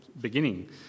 beginning